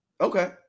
Okay